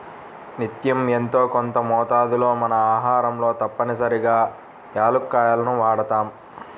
నిత్యం యెంతో కొంత మోతాదులో మన ఆహారంలో తప్పనిసరిగా యాలుక్కాయాలను వాడతాం